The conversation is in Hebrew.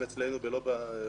אצלנו.